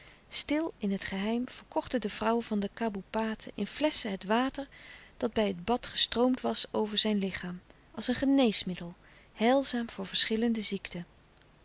stil in het geheim verkochten de vrouwen van de kaboepaten in flesschen het water dat bij het bad gestroomd was over zijn lichaam als een geneesmiddel heilzaam voor verschillende ziekte